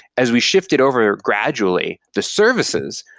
as we shifted over gradually the services,